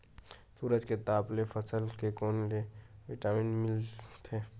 सूरज के ताप ले फसल ल कोन ले विटामिन मिल थे?